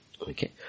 Okay